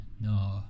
No